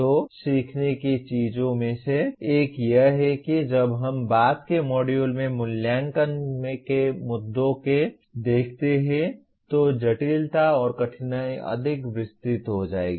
तो सीखने की चीजों में से एक यह है कि जब हम बाद के मॉड्यूल में मूल्यांकन के मुद्दे को देखते हैं तो जटिलता और कठिनाई अधिक विस्तृत हो जाएगी